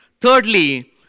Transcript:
Thirdly